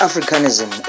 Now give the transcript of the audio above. Africanism